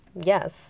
Yes